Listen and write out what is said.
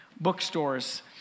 bookstores